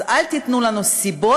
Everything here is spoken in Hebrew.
אז אל תיתנו לנו סיבות